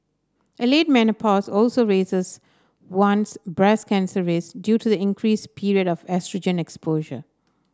a late menopause also raises one's breast cancer risks due to the increase period of oestrogen exposure